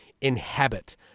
inhabit